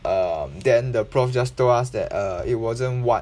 um then the prof just told us that uh it wasn't what